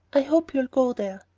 i hope you'll go there.